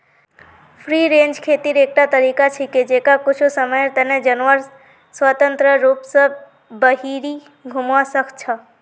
free range खेतीर एकटा तरीका छिके जैछा कुछू समयर तने जानवर स्वतंत्र रूप स बहिरी घूमवा सख छ